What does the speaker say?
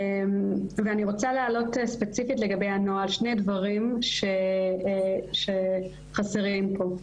אני רוצה להעלות ספציפית לגבי הנוהל שני דברים שחסרים פה.